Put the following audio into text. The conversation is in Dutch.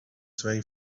twee